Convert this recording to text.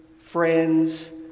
friends